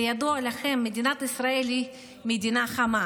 כידוע לכם, מדינת ישראל היא מדינה חמה,